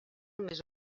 més